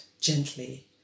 gently